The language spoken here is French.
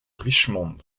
richmond